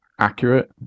accurate